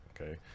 Okay